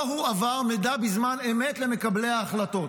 לא הועבר מידע בזמן אמת למקבלי ההחלטות.